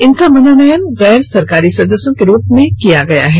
इनका मनोनयन गैर सरकारी सदस्यों के रूप में किया गया है